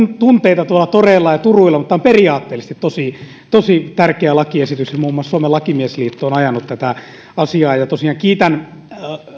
tunteita tuolla toreilla ja turuilla mutta on periaatteellisesti tosi tosi tärkeä lakiesitys ja muun muassa suomen lakimiesliitto on ajanut tätä asiaa tosiaan kiitän